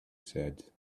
said